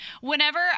whenever